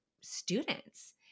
students